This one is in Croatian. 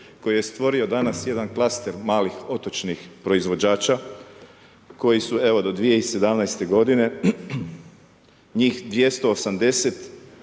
se ne razumije./... malih otočnih proizvođača koji su evo, do 2017. godine, njih 280